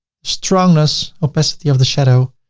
strongness, opacity of the shadow,